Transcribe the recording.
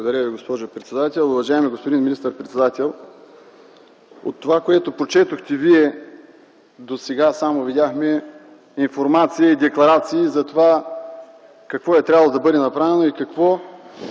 Благодаря Ви, госпожо председател. Уважаеми господин министър-председател! От това, което прочетохте Вие досега, видяхме само информация и декларации за това какво е трябвало да бъде направено.